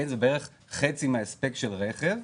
זה בערך חצי מההספק של רכב.